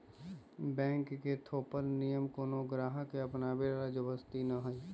bank के थोपल नियम कोनो गाहक के अपनावे ला जबरदस्ती न हई